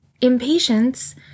impatience